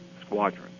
Squadron